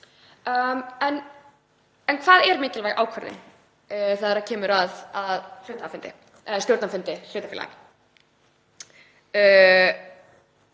En hvað er mikilvæg ákvörðun þegar kemur að stjórnarfundi hlutafélaga?